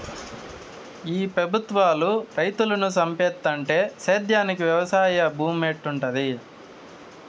ఈ పెబుత్వాలు రైతులను సంపేత్తంటే సేద్యానికి వెవసాయ భూమేడుంటది